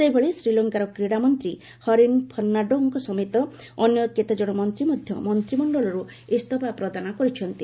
ସେହିଭଳି ଶ୍ରୀଲଙ୍କାର କ୍ରୀଡା ମନ୍ତ୍ରୀ ହରିନ୍ ଫର୍ଷ୍ଣାଡୋଙ୍କ ସମେତ ଅନ୍ୟ କେତେଜଣ ମନ୍ତ୍ରୀ ମଧ୍ୟ ମନ୍ତିମଣ୍ଡଳରୁ ଇସ୍ତଫା ପ୍ରଦାନ କରିଛନ୍ତି